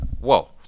whoa